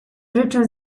ryczę